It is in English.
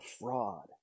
fraud